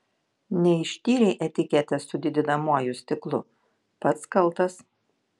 neištyrei etiketės su didinamuoju stiklu pats kaltas